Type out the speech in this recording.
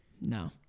No